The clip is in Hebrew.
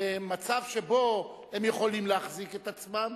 ממצב שבו הם יכולים להחזיק את עצמם